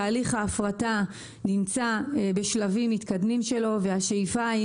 תהליך ההפרטה נמצא בשלבים המתקדמים שלו והשאיפה היא